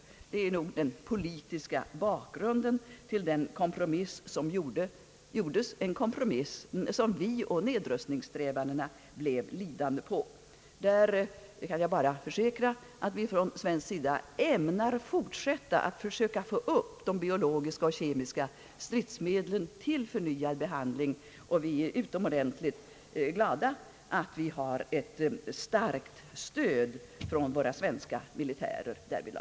Detta är nog den politiska bakgrunden till den kompromiss som gjordes, en kompromiss som nedrustningssträvandena blev lidande på. Jag kan bara försäkra att vi från svensk sida ämnar fortsätta att försöka få upp de biologiska och kemiska stridsmedlen till förnyad behandling. Vi är utomordentligt glada att vi därvidlag har ett starkt stöd från de svenska militärerna.